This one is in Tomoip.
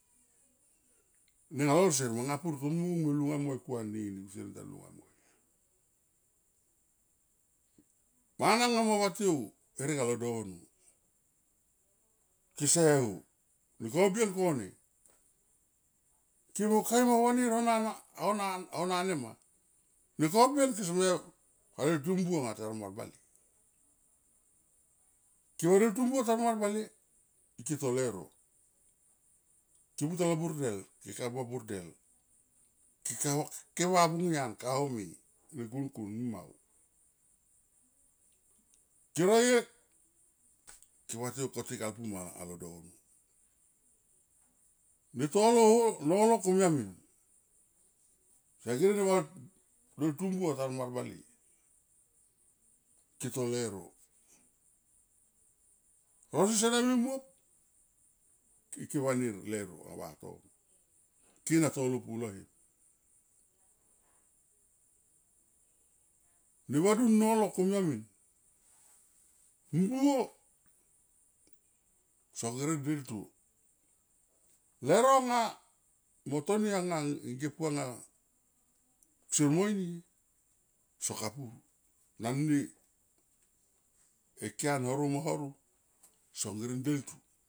Nenga lol sier manga pur tomung me lunga moi ku anini kusier mita lunga moi. Mana nga mo vatiou, herek alo dono, kese ho ne kobien kone ke mo ka eroni rona na o na nema. Ne to bir tiso me, ale tu mung buo tarmar bale. Ke o re tu mung ta mar bale, ike to leuro, ke pu talo burdel ke kabua burdel. ke va bung nian ka home ne kunkun mau, ke ro ye ke vatiou kotikalpum ala alo dono. Ne tolo nolo komia min, seger va kadeltu mbuo a tarmar bale ke to leuro. Ero si- sere him muop ike vanir lieuro ava tono, kine tolo pulo ot. Ne vadun nolo komia min, mbua songere deltu leuro nga mo toni anga nge puanga kusier mo mie so kapuru nan ni, e kian horo mo horo song gere deltu.